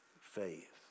faith